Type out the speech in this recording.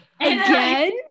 Again